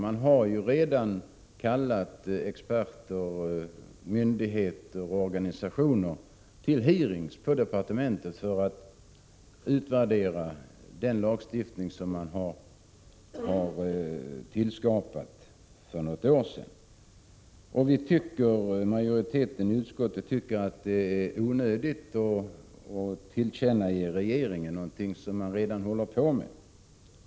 Man har redan kallat experter, företrädare för myndigheter och organisationer till hearings på departementet för att utvärdera den lagstiftning som skapades för något år sedan. Majoriteten i utskottet tycker att det är onödigt att för regeringen tillkännage att man vill ha till stånd någonting som regeringen redan håller på med.